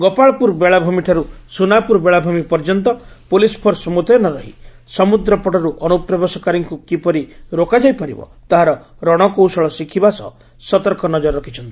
ଗୋପାଳପୁର ବେଳାଭ୍ରମିଠାରୁ ସୁନାପୁର ବେଳାଭ୍ମି ପର୍ଯ୍ୟନ୍ତ ପୋଲିସ ଫୋର୍ସ ମୁତୟନ ରହି ସମୁଦ୍ର ପଟରୁ ଅନୁପ୍ରବେଶକାରୀଙ୍କୁ କିପରି ରୋକାଯାଇ ପାରିବ ତାହାର ରଣକୌଶଳ ଶିକ୍ଷିବା ସହ ସତର୍କ ନଜର ରଖୁଛନ୍ତି